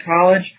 College